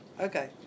okay